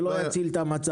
זה לא יציל את המצב.